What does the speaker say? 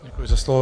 Děkuji za slovo.